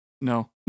no